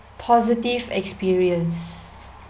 positive experience